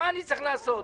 מה אני צריך לעשות?